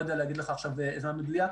אני לא יודע להגיד עכשיו זמן מדויק,